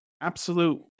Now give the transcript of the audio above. absolute